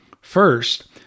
First